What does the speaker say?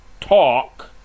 talk